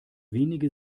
wenige